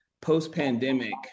post-pandemic